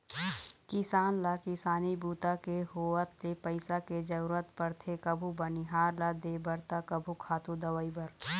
किसान ल किसानी बूता के होवत ले पइसा के जरूरत परथे कभू बनिहार ल देबर त कभू खातू, दवई बर